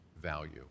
value